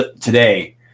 today